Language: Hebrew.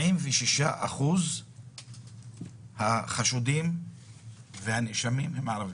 76% מן החשודים והנאשמים הם ערבים.